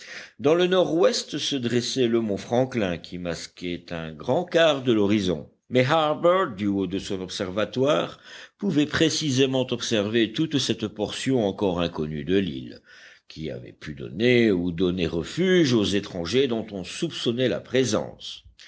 dans le nord-ouest se dressait le mont franklin qui masquait un grand quart de l'horizon mais harbert du haut de son observatoire pouvait précisément observer toute cette portion encore inconnue de l'île qui avait pu donner ou donnait refuge aux étrangers dont on soupçonnait la présence